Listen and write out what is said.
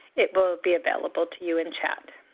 it will be available to you in chat.